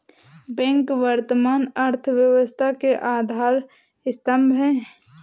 bank वर्तमान अर्थव्यवस्था के आधार स्तंभ है